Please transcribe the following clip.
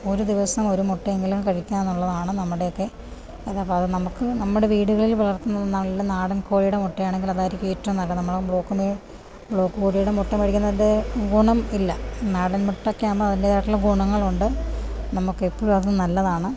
ഒരു ദിവസം ഒരു മുട്ട എങ്കിലും കഴിക്കാനുള്ളതാണ് നമ്മുടെയൊക്കെ അത് അപ്പോള് നമുക്ക് നമ്മുടെ വീടുകളിൽ വളർത്തുന്ന നല്ല നാടൻ കോഴിയുടെ മുട്ടയാണെങ്കിൽ അതായിരിക്കും ഏറ്റവും നല്ലത് നമ്മളെ ബ്ലോക്കില്നിന്ന് ബ്ലോക്ക് കോഴിയുടെ കഴിക്കുന്നതിൻ്റെ ഗുണം ഇല്ല നാടൻ മുട്ടയ്ക്ക് ആവുമ്പോള് അതിൻറ്റേതായിട്ടുള്ള ഗുണങ്ങളുണ്ട് നമുക്ക് എപ്പോഴും അത് നല്ലതാണ്